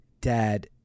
dad